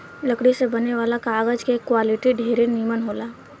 लकड़ी से बने वाला कागज के क्वालिटी ढेरे निमन होला